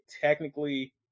technically